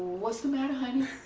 what's the matter honey?